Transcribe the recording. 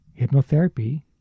hypnotherapy